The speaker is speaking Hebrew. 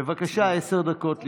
בבקשה, עשר דקות לרשותך.